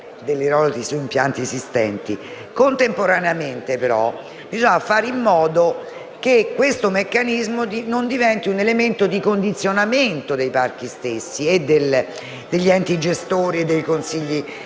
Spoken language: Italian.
Contemporaneamente, però, bisogna fare in modo che questo meccanismo non diventi un elemento di condizionamento dei parchi stessi e degli enti gestori dei consigli